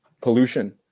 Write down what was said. pollution